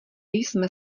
jsme